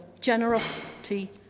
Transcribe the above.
generosity